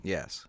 Yes